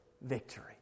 victory